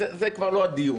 זה כבר לא הדיון.